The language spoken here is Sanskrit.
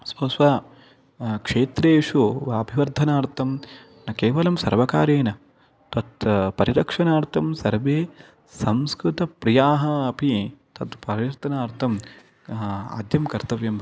स्वस्व क्षेत्रेषु वाभिवर्धनार्थं न केवलं सर्वकारेण तत् परिरक्षणार्थं सर्वे संस्कृतप्रियाः अपि तद् परिवर्तनार्थम् आद्यं कर्तव्यम्